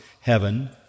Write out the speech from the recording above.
heaven